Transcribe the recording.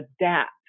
adapt